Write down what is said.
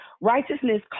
Righteousness